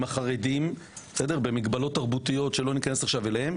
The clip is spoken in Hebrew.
החרדים במגבלות תרבותיות שלא ניכנס אליהן,